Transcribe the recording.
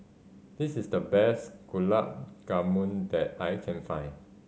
this is the best Gulab Jamun that I can find